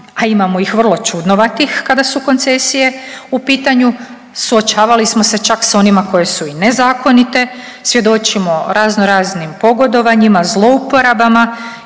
a imamo ih vrlo čudnovatih kada su koncesije u pitanju suočavali smo se čak sa onima koje su i nezakonite. Svjedočimo raznoraznim pogodovanjima, zlouporabama